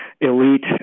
elite